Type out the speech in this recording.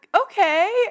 okay